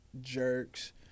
jerks